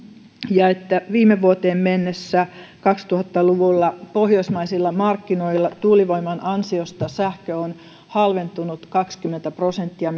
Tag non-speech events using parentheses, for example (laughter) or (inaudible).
ja viime vuoteen mennessä kaksituhatta luvulla pohjoismaisilla markkinoilla tuulivoiman ansiosta sähkö on halventunut kaksikymmentä prosenttia (unintelligible)